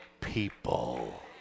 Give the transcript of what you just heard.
people